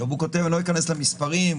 לא אכנס למספרים,